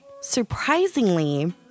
surprisingly